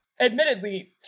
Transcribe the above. admittedly